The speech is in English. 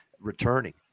returning